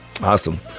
Awesome